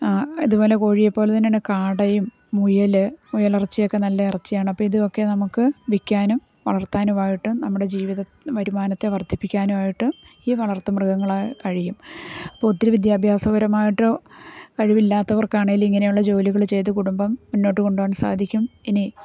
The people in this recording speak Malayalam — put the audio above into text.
അതുപോലെ കോഴിയെപോലെ തന്നെയാണ് കാടയും മുയൽ മുയലിറച്ചിയൊക്കെ നല്ല ഇറച്ചിയാണ് അപ്പം ഇതൊക്കെ നമുക്ക് വിൽക്കാനും വളർത്താനുമായിട്ട് നമ്മുടെ ജീവിത വരുമാനത്തെ വർദ്ധിപ്പിക്കാനുമായിട്ട് ഈ വളർത്തു മൃഗങ്ങളെ കഴിയും അപ്പോൾ ഇത്തിരി വിദ്യാഭാസപരമായിട്ട് കഴിവില്ലാത്തവർക്കാണേൽ ഇങ്ങനെയുള്ള ജോലികൾ ചെയ്ത് കുടുംബം മുന്നോട്ട് കൊണ്ട് പോകാൻ സാധിക്കും ഇനി